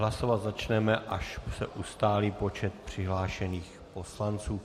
Hlasovat začneme, až se ustálí počet přihlášených poslanců.